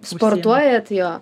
sportuojat jo